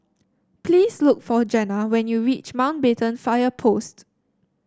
please look for Jenna when you reach Mountbatten Fire Post